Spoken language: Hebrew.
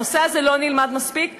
הנושא הזה לא נלמד מספיק,